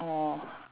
orh